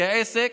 כי עסק,